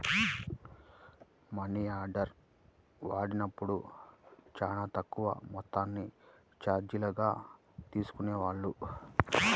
మనియార్డర్ని వాడినప్పుడు చానా తక్కువ మొత్తాన్ని చార్జీలుగా తీసుకునేవాళ్ళు